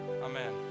amen